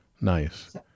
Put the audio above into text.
Nice